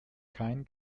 kein